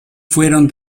fueron